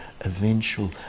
eventual